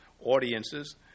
audiences